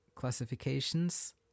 Classifications